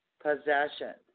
possession